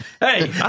Hey